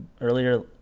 earlier